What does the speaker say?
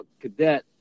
cadet